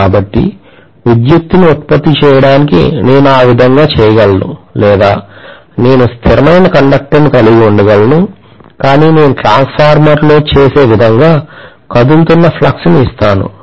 కాబట్టి విద్యుత్తును ఉత్పత్తి చేయడానికి నేను ఆ విధంగా చేయగలను లేదా నేను స్థిరమైన కండక్టర్ను కలిగి ఉండగలను కాని నేను ట్రాన్స్ఫార్మర్లో చేసే విధంగా కదులుతున్నflux ను ఇస్తాను